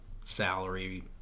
salary